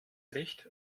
recht